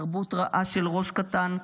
תרבות רעה של 'ראש קטן',